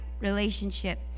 relationship